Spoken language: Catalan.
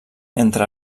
entre